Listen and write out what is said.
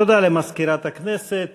השביתה במכללות הטכנולוגיות ברחבי הארץ.